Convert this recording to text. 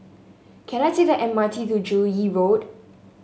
can I take the M R T to Joo Yee Road